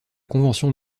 convention